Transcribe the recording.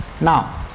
Now